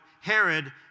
Herod